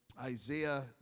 Isaiah